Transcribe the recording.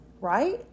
right